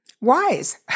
wise